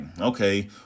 okay